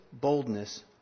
boldness